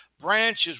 branches